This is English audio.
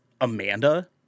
Amanda